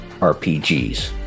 RPGs